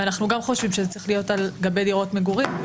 אנחנו גם חושבים שזה צריך להיות על גבי דירות מגורים,